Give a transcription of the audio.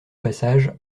passage